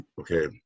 Okay